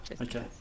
okay